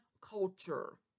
culture